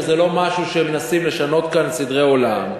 וזה לא משהו שאתו מנסים לשנות כאן סדרי עולם,